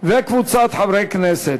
שגם היא בעד ההצעה,